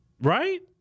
right